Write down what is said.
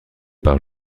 par